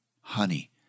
honey